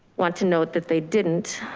want to note that they didn't.